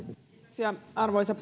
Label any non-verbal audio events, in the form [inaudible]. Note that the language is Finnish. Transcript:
arvoisa [unintelligible]